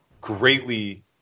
greatly